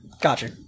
Gotcha